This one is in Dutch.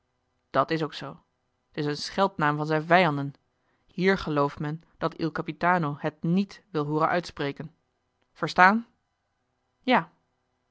dat is ook zoo t is een scheldnaam van zijn vijanden hier gelooft men dat il capitano het niet wil hooren uitspreken verstaan ja